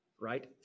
right